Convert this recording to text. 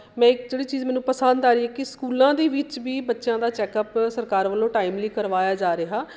ਮੈਂ ਜਿਹੜੀ ਚੀਜ਼ ਮੈਨੂੰ ਪਸੰਦ ਆ ਰਹੀ ਹੈ ਕਿ ਸਕੂਲਾਂ ਦੇ ਵਿੱਚ ਵੀ ਬੱਚਿਆਂ ਦਾ ਚੈੱਕਅਪ ਸਰਕਾਰ ਵੱਲੋਂ ਟਾਈਮ ਲਈ ਕਰਵਾਇਆ ਜਾ ਰਿਹਾ